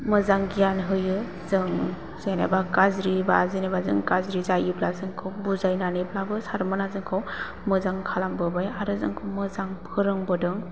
मोजां गियान होयो जों जेनोबा गाज्रिबा जेनोबा जों गाज्रि जायोब्ला जोंखौ बुजायनानैब्लाबो सारमोनहा जोंखौ मोजां खालामबोबाय आरो जोंखौ मोजां फोरोंबोदों